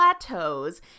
plateaus